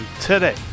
today